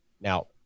now